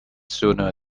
sooner